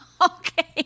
Okay